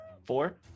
Four